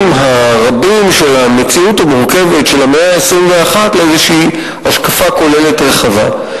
הרבים של המציאות המורכבת של המאה ה-21 לאיזו השקפה כוללת רחבה.